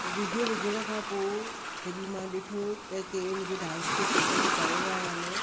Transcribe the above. video विझण खां पोइ जॾहिं मां ॾिठो त केर मूंखे डांस खे पसंदि कयो आहे या न